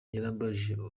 yarambajije